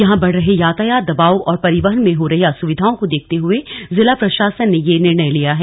यहां बढ़ रहे यातायात दबाव और परिवहन में हो रही असुविधाओं को देखते हुए जिला प्रशासन ने यह निर्णय लिया है